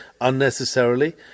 unnecessarily